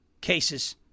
cases